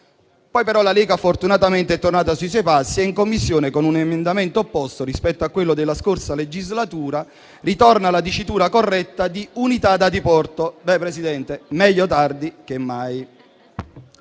la Lega, fortunatamente, è tornata sui suoi passi, retrocedendo in Commissione - con un emendamento opposto rispetto a quello della scorsa legislatura - alla dicitura corretta di «unità da diporto». Beh, Presidente, meglio tardi che mai!